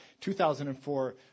2004